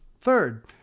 Third